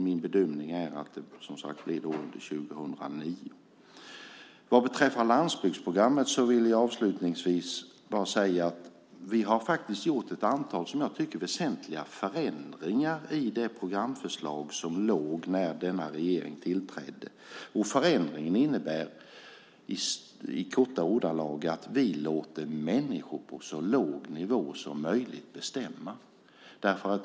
Min bedömning är att det blir under 2009. Vad beträffar landsbygdsprogrammet vill jag avslutningsvis säga att vi har gjort ett antal som jag tycker väsentliga förändringar i det programförslag som förelåg när denna regering tillträdde. Förändringen innebär i korta ordalag att vi låter människor på så låg nivå som möjligt bestämma.